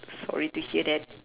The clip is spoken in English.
sorry to hear that